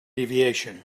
deviation